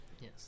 Yes